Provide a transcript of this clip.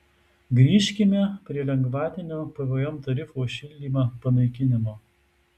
grįžkime prie lengvatinio pvm tarifo už šildymą panaikinimo